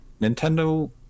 Nintendo